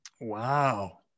wow